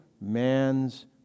man's